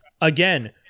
again